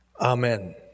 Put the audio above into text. Amen